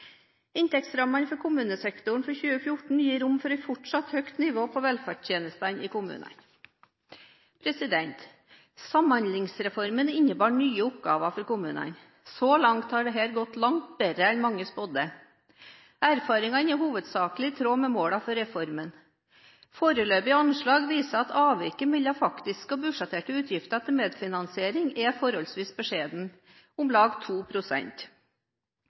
Inntektsrammene for kommunesektoren for 2014 gir rom for et fortsatt høyt nivå på velferdstjenestene i kommunene. Samhandlingsreformen innebar nye oppgaver for kommunene. Så langt har dette gått langt bedre enn mange spådde. Erfaringene er hovedsakelig i tråd med målene for reformen. Foreløpige anslag viser at avviket mellom faktiske og budsjetterte utgifter til medfinansiering er forholdsvis beskjedent, om lag